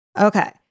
Okay